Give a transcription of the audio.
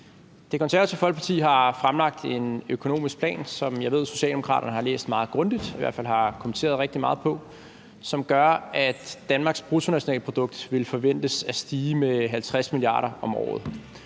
Det Konservative Folkeparti har fremlagt en økonomisk plan, som jeg ved Socialdemokraterne har læst meget grundigt – de har i hvert fald kommenteret rigtig meget på den – og som gør, at Danmarks bruttonationalprodukt forventes at stige med 50 mia. kr. om året.